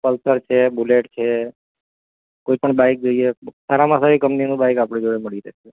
Pulsar છે Bullet છે કોઈપણ બાઈક જોઈએ તો સારામાં સારી કંપનીનું બાઈક આપણી જોડે મળી રહેશે